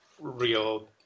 real